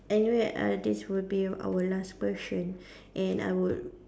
and you had other days would be our last question and I would